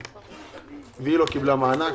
היא לא קיבלה מענק